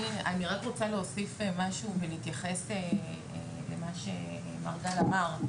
אני רק רוצה להוסיף משהו ומתייחס למה שמר גל אמר.